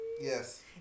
Yes